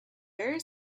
very